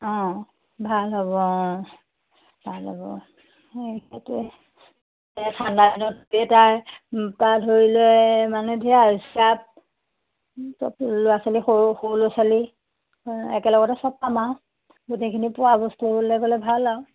অঁ ভাল হ'ব অঁ ভাল হ'ব সেইটোৱে ঠাণ্ডা দিনত তাৰ পা ধৰি লৈ মানে ল'ৰা ছোৱালী সৰু সৰু ল'ৰা ছোৱালী একেলগতে চব পাম আও গোটেইখিনি পোৱা গ'লে ভাল আৰু